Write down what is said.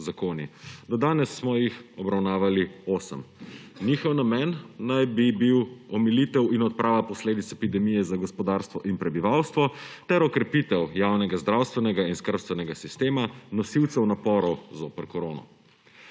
Do danes smo jih obravnavali osem. Njihov namen naj bi bil omilitev in odprava posledic epidemije za gospodarstvo in prebivalstvo ter okrepitev javnega zdravstvenega in skrbstvenega sistema, nosilcev naporov zoper korono.